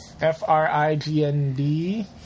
F-R-I-G-N-D